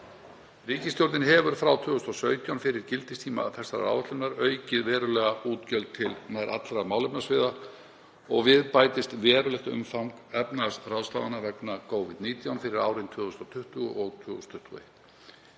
Ríkisstjórnin hefur frá 2017, fyrir gildistíma þessarar áætlunar, aukið verulega útgjöld til nær allra málefnasviða og við bætist verulegt umfang efnahagsráðstafana vegna Covid-19 fyrir árin 2020 og 2021.